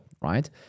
right